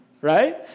right